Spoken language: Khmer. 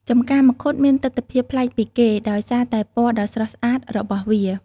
ចម្ការមង្ឃុតមានទិដ្ឋភាពប្លែកពីគេ ដោយសារតែពណ៌ដ៏ស្រស់ស្អាតរបស់វា។